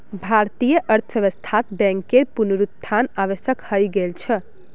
भारतीय अर्थव्यवस्थात बैंकेर पुनरुत्थान आवश्यक हइ गेल छ